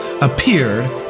appeared